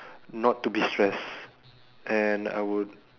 not to be stressed and I would